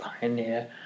pioneer